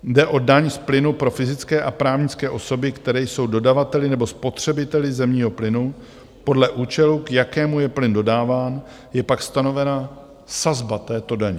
Jde o daň z plynu pro fyzické a právnické osoby, které jsou dodavateli nebo spotřebiteli zemního plynu; podle účelu, k jakému je plyn dodáván, je pak stanovena sazba této daně.